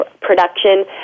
production